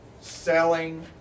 selling